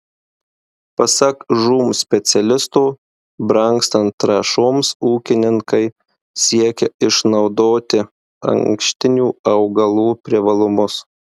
pasak žūm specialisto brangstant trąšoms ūkininkai siekia išnaudoti ankštinių augalų privalumus